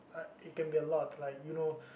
it can be a lot like you know